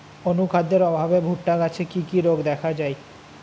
অনুখাদ্যের অভাবে ভুট্টা গাছে কি কি রোগ দেখা যায়?